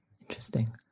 interesting